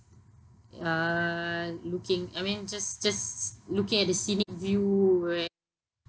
uh looking I mean just just looking at the scenic view where